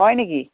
হয় নেকি